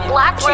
Black